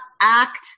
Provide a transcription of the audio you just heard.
act